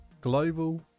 global